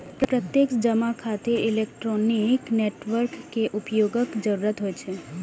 प्रत्यक्ष जमा खातिर इलेक्ट्रॉनिक नेटवर्क के उपयोगक जरूरत होइ छै